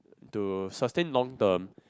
to sustain long term